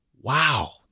Wow